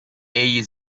egli